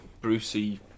Brucey